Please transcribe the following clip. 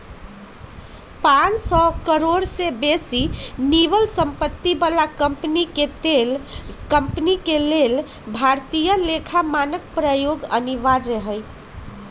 पांन सौ करोड़ से बेशी निवल सम्पत्ति बला कंपनी के लेल भारतीय लेखा मानक प्रयोग अनिवार्य हइ